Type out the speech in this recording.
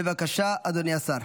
בבקשה, אדוני השר,